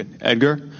Edgar